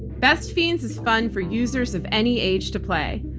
best fiends is fun for users of any age to play.